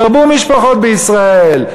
תרבו משפחות בישראל,